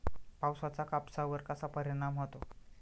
पावसाचा कापसावर कसा परिणाम होतो?